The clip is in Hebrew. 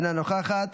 אינה נוכחת,